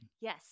yes